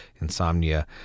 insomnia